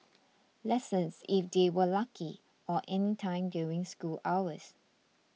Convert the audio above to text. lessons if they were lucky or anytime during school hours